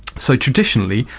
so traditionally,